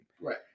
Right